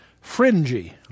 fringy